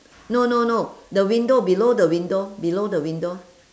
no no no the window below the window below the window